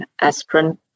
aspirin